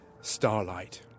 starlight